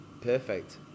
perfect